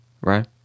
right